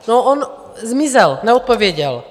No on zmizel, neodpověděl.